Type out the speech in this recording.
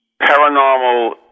paranormal